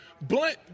Blunt